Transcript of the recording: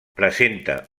presenta